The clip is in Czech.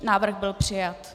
Návrh byl přijat.